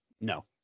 No